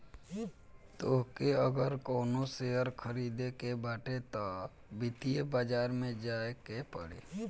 तोहके अगर कवनो शेयर खरीदे के बाटे तअ वित्तीय बाजार में जाए के पड़ी